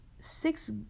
six